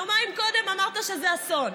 יומיים קודם אמרת שזה אסון,